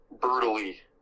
brutally